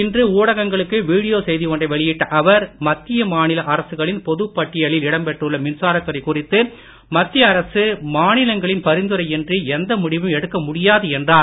இன்று ஊடகங்களுக்கு வீடியோ செய்தி ஒன்றை வெளியிட்ட அவர் மத்திய மாநில அரசுகளின் பொதுப் பட்டியலில் இடம் பெற்றுள்ள மின்சாரத் துறை குறித்து மத்திய அரசு மாநிலங்களின் பரிந்துரை இன்றி எந்த முடிவும் எடுக்க முடியாது என்றார்